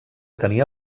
tenia